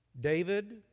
David